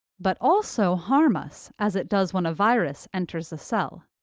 but also harm us, as it does when a virus enters a cell.